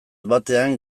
batean